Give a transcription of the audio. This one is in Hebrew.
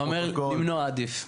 אתה אומר: למנוע עדיף.